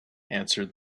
answered